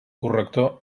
corrector